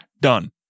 Done